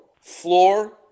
floor